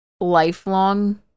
lifelong